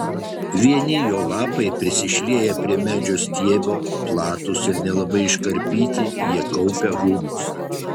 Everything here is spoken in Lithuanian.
vieni jo lapai prisišlieję prie medžio stiebo platūs ir nelabai iškarpyti jie kaupia humusą